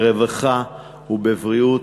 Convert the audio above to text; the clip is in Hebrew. ברווחה ובבריאות,